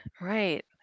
Right